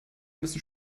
müssen